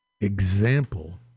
example